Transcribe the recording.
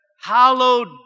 hallowed